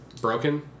Broken